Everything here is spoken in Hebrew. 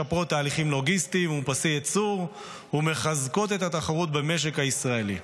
משפרות תהליכים לוגיסטיים ופסי ייצור ומחזקות את התחרות במשק הישראלי,